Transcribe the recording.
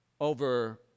over